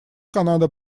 канада